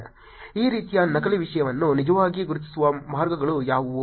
ಈ ರೀತಿಯ ನಕಲಿ ವಿಷಯವನ್ನು ನಿಜವಾಗಿ ಗುರುತಿಸುವ ಮಾರ್ಗಗಳು ಯಾವುವು